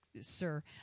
Sir